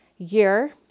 year